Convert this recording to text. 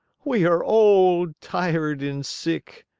we are old, tired, and sick.